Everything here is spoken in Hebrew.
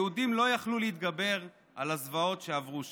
היהודים לא יכלו להתגבר על הזוועות שעברו שם.